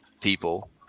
people